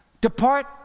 Depart